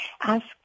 ask